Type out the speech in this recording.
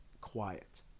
quiet